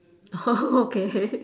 oh okay